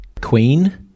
Queen